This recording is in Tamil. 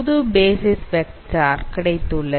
ஆகவே புது பேசிஸ் வெக்டார் கிடைத்துள்ளது